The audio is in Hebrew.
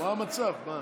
מה מצבנו?